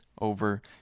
over